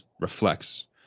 reflects